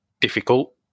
difficult